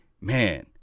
man